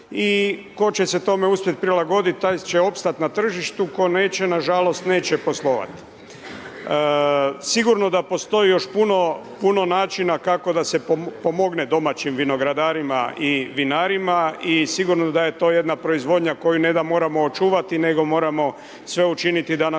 I tko će se tome uspjeti prilagoditi taj će opstati na tržištu, tko neće nažalost neće poslovati. Sigurno da postoj još puno, puno načina kako da se pomogne domaćim vinogradarima i vinarima i sigurno da je to jedna proizvodnja koju ne da moramo očuvati nego moramo sve učiniti da nam se ona